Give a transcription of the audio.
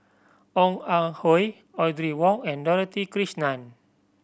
Ong Ah Hoi Audrey Wong and Dorothy Krishnan